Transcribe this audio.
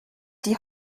die